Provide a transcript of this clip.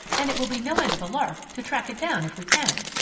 and it will be no end of a lark to track it down if we can.